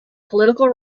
political